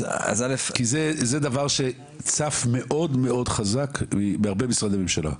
זה דבר שצף מאוד מאוד חזק בהרבה משרדי ממשלה.